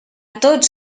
tots